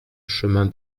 chemin